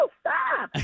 stop